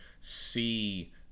see